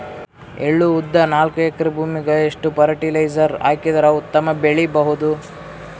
ಎಳ್ಳು, ಉದ್ದ ನಾಲ್ಕಎಕರೆ ಭೂಮಿಗ ಎಷ್ಟ ಫರಟಿಲೈಜರ ಹಾಕಿದರ ಉತ್ತಮ ಬೆಳಿ ಬಹುದು?